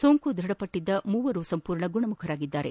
ಸೋಂಕು ದ್ವಢಪಟ್ಟದ್ದ ಮೂವರು ಸಂಪೂರ್ಣ ಗುಣಮುಖರಾಗಿದ್ದಾರೆ